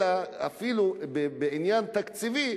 אלא אפילו בעניין התקציבי,